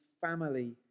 family